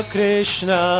Krishna